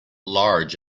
large